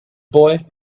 boy